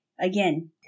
Again